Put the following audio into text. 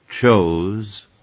chose